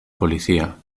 policía